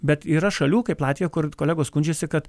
bet yra šalių kaip latvija kur kolegos skundžiasi kad